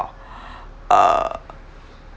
err